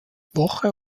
woche